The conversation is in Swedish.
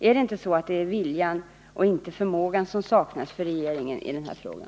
Är det inte så att det är viljan och inte förmågan som saknas hos regeringen i den här frågan?